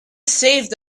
saved